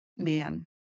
Man